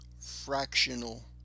fractional